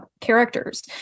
characters